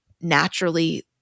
naturally